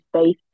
space